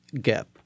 gap